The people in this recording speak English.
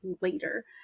later